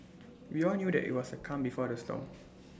we all knew that IT was the calm before the storm